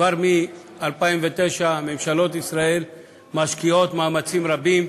כבר מ-2009, ממשלות ישראל משקיעות מאמצים רבים,